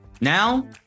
now